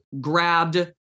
grabbed